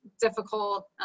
difficult